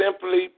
simply